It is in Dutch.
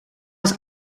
was